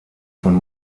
von